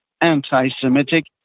anti-Semitic